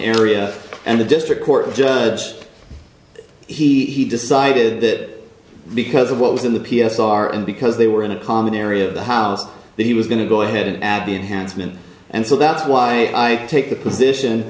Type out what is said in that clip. area and the district court judge he decided that because of what was in the p s r and because they were in a common area of the house that he was going to go ahead and add the advancement and so that's why i take the position